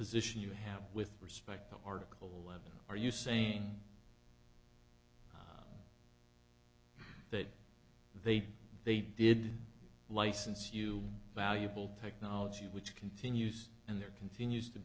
position you have with respect to article and are you saying that they they did license you valuable technology which continues and there continues to